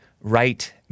right